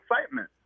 excitement